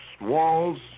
walls